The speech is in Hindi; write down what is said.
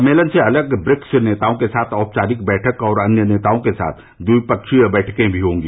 सम्मेलन से अलग ब्रिक्स नेताओं के साथ औपचारिक बैठक और अन्य नेताओं के साथ द्विपक्षीय बैठकें भी होंगी